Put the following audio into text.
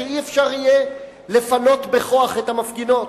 שלא יהיה אפשר לפנות בכוח את המפגינות.